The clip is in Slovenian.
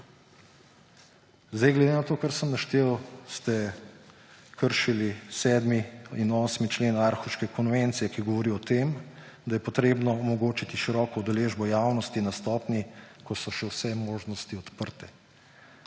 Glede na to, kar sem naštel, ste kršili 7. in 8. člen Aarhuške konvencije, ki govori o tem, da je treba omogočiti široko udeležbo javnosti na stopnji, ko so še vse možnosti odprte.